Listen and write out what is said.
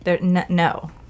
No